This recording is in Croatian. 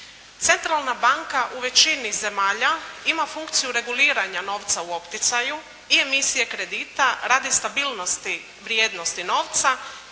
Centralna banka u većini zemalja ima funkciju reguliranja novca u opticaju i emisije kredita radi stabilnosti vrijednosti novca,